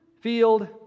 field